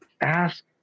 Ask